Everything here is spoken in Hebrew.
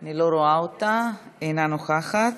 אני לא רואה אותה, אינה נוכחת.